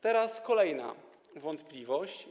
Teraz kolejna wątpliwość.